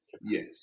Yes